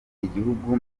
igihugu